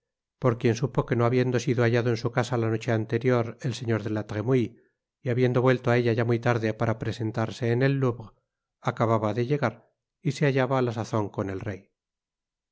por quien supo que no habiendo sido hallado en su casa la noche anterior el señor de latremouille y habiendo vuelto á ella ya muy tarde para presentarse en el louvre acababa de llegar y se hallaba á la sazon con el rey